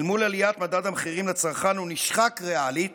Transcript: אל מול עליית מדד המחירים לצרכן הוא נשחק ריאלית